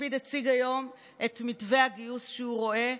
לפיד הציג היום את מתווה הגיוס שהוא רואה,